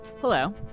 Hello